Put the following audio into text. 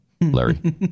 Larry